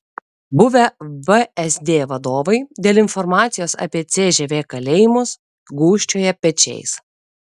buvę vsd vadovai dėl informacijos apie cžv kalėjimus gūžčioja pečiais